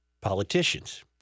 politicians